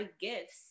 gifts